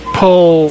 pull